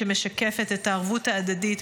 שמשקפת את הערבות ההדדית,